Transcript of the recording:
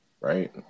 right